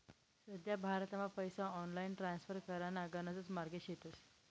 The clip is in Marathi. सध्या भारतमा पैसा ऑनलाईन ट्रान्स्फर कराना गणकच मार्गे शेतस